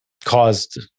caused